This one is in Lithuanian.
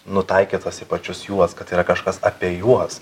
nutaikytos į pačius juos kad yra kažkas apie juos